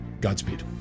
Godspeed